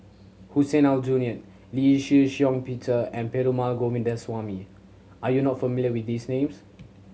Hussein Aljunied Lee Shih Shiong Peter and Perumal Govindaswamy are you not familiar with these names